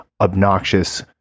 obnoxious